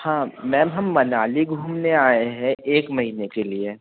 हाँ मैम हम मनाली घूमने आएँ हैं एक महीने के लिए